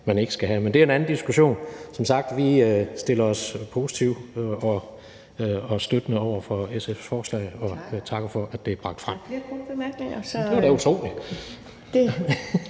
man ikke skal have det, men det er en anden diskussion. Som sagt stiller vi os positive og støttende over for SF's forslag og takker for, at det er bragt frem. Kl. 13:07 Første